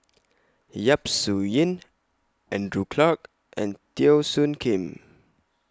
Yap Su Yin Andrew Clarke and Teo Soon Kim